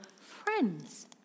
friends